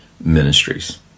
ministries